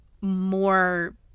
more